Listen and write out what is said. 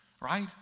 right